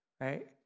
right